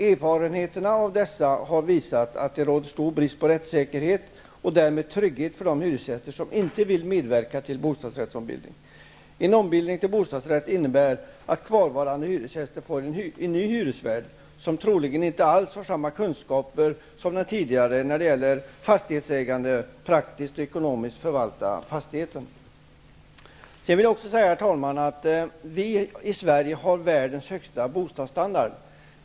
Erfarenheterna av sådana har visat att det råder stora brister i rättsäkerheten och därmed i tryggheten för de hyresgäster som inte vill medverka till ombildningen. En ombildning till bostadsrätt innebär att kvarvarande hyresgäster får en ny hyresvärd som troligen inte alls har samma kunskaper som den tidigare när det gäller fastighetsägande, att praktiskt och ekonomiskt förvalta fastigheten. Sedan vill jag också säga, herr talman, att vi i Sverige har världens högsta bostadsstandard.